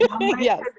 yes